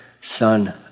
Son